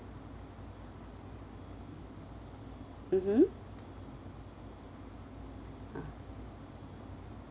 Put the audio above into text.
mmhmm ah